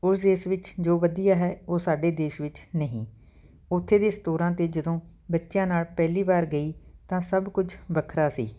ਉਹ ਦੇਸ਼ ਵਿੱਚ ਜੋ ਵਧੀਆ ਹੈ ਉਹ ਸਾਡੇ ਦੇਸ਼ ਵਿੱਚ ਨਹੀਂ ਉੱਥੇ ਦੇ ਸਟੋਰਾਂ 'ਤੇ ਜਦੋਂ ਬੱਚਿਆਂ ਨਾਲ ਪਹਿਲੀ ਵਾਰ ਗਈ ਤਾਂ ਸਭ ਕੁਝ ਵੱਖਰਾ ਸੀ